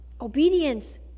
Obedience